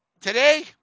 today